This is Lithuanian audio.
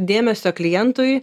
dėmesio klientui